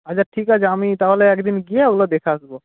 আচ্ছা ঠিক আছে আমি তাহলে এক দিন গিয়ে ওগুলো দেখে আসব